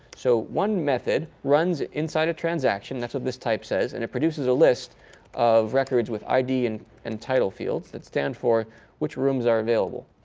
so one method runs inside a transaction. that's what this type says. and it produces a list of records with id and and title fields that stand for which rooms are available.